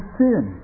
sin